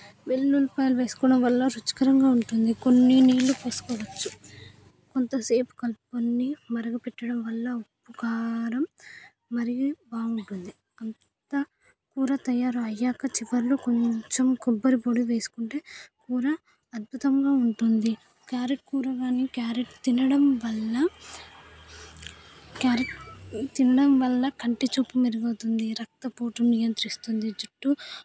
వెల్లుల్లిపాయలు వేసుకోవడం వల్ల రుచికరంగా ఉంటుంది కొన్ని నీళ్ళు పోసుకోవచ్చు కొంతసేపు కలుపుకోని మరగపెట్టడం వల్ల కారం మరిగి బాగుంటుంది అంతా కూర తయారు అయ్యాక చివరిలో కొంచెం కొబ్బరి పొడి వేసుకుంటే కూర అద్భుతంగా ఉంటుంది క్యారెట్ కూర కానీ క్యారెట్ తినడం వల్ల క్యారెట్ తినడం వల్ల కంటి చూపు మెరుగు అవుతుంది రక్తపోటు నియంత్రిస్తుంది జుట్టు